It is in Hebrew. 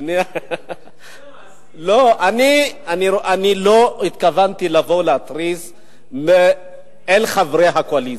אני לא התכוונתי לבוא ולהתריס כנגד חברי הקואליציה.